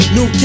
New